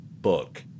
book